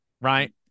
right